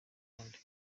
abandi